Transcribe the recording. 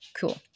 cool